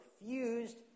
refused